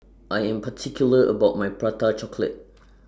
I Am particular about My Prata Chocolate